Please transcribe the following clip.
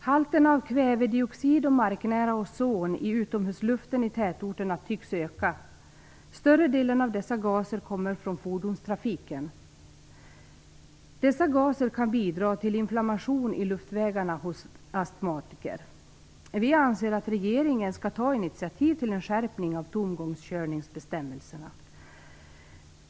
Halterna av kvävedioxid och marknära ozon i utomhusluften i tätorterna tycks öka. Större delen av dessa gaser kommer från fordonstrafiken. Gaserna kan bidra till inflammation i luftvägarna hos astmatiker. Vi anser att regeringen skall ta initiativ till en skärpning av tomgångskörningsbestämmelserna.